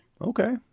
Okay